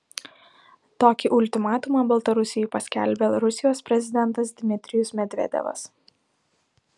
tokį ultimatumą baltarusijai paskelbė rusijos prezidentas dmitrijus medvedevas